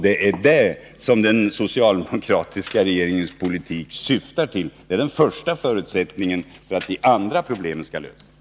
Det är detta som den socialdemokratiska regeringens politik syftar till — och det är första förutsättningen för att de andra problemen skall kunna lösas.